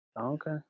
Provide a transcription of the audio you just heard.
okay